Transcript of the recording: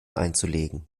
einzulegen